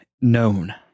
known